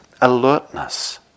alertness